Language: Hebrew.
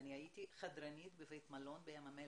אני הייתי חדרנית בבית מלון בים המלח.